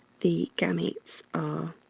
the gametes are